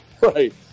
Right